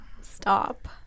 stop